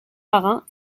marins